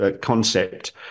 concept